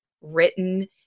written